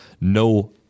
no